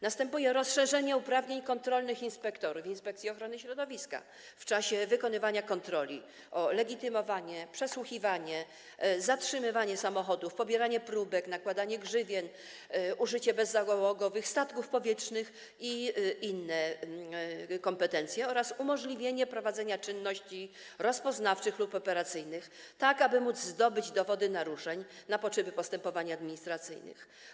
Następuje rozszerzenie uprawnień kontrolnych inspektorów Inspekcji Ochrony Środowiska w czasie wykonywania kontroli o legitymowanie, przesłuchiwanie, zatrzymywanie samochodów, pobieranie próbek, nakładanie grzywien, używanie bezzałogowych statków powietrznych i inne kompetencje oraz umożliwienie prowadzenia czynności rozpoznawczych lub operacyjnych tak, aby możliwe było zdobycie dowodów naruszeń na potrzeby postępowań administracyjnych.